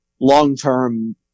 long-term